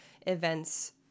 events